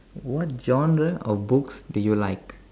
what genre of books do you like